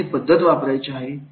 कोणती पद्धत वापरायची आहे